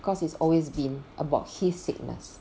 cause it's always been about his sickness